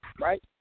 right